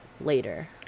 later